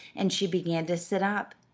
and she began to sit up,